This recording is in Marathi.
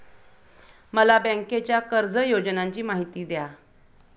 मला बँकेच्या कर्ज योजनांची माहिती द्या